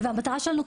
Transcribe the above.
המטרה שלנו,